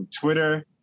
Twitter